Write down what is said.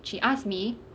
she asked me